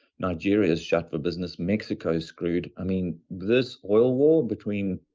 nigeria is shut for business. mexico screwed. i mean, this oil war between,